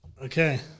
Okay